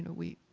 we,